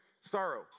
sorrow